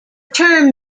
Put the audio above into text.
term